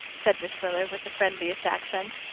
said miss miller with the friendliest accent.